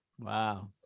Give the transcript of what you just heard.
Wow